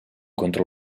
contra